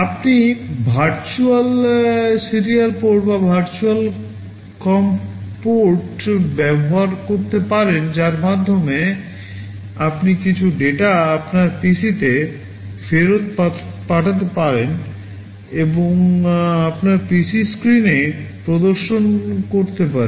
আপনি virtual serial port বা virtual COM port ব্যবহার করতে পারেন যার মাধ্যমে আপনি কিছু ডেটা আপনার PCতে ফেরত পাঠাতে পারেন এবং আপনার PC স্ক্রিনে প্রদর্শন করতে পারেন